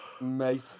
mate